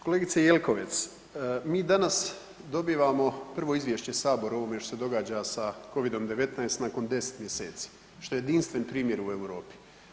Kolegice Jelkovac, mi danas dobivamo prvo izvješće u Sabor o ovome što se događa sa COVID-19 nakon 10 mj. što je jedinstven primjer u Europi.